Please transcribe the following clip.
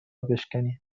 بشکنی